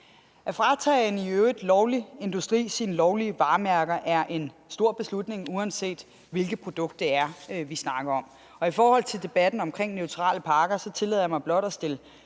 At fratage en i øvrigt lovlig industri sine lovlige varemærker er en stor beslutning, uanset hvilket produkt vi snakker om. Og i forhold til debatten om neutrale pakker tillader jeg mig blot at sætte